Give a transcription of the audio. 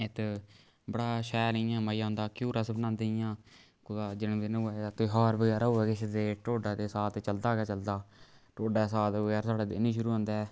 इत्त बड़ा शैल इ'यां मजा औंदा घ्यूर अस बनांदे इ'यां कुसा दा जन्मदिन होऐ ते त्यहार बगैरा होऐ तां टोडा ते साग चलदा गै चलदा टोडा साग बगैर साढ़ा दिन नी शुरू होंदा ऐ